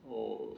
oh